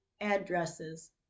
addresses